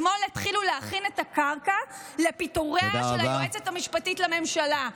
אתמול התחילו להכין את הקרקע לפיטוריה של היועצת המשפטית לממשלה.